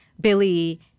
Billy